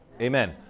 Amen